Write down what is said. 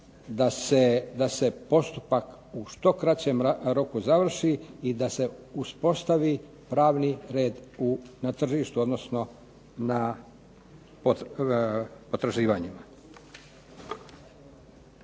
da se postupak u što kraćem roku završi i da se uspostavi pravni red na tržištu, odnosno na potraživanjima.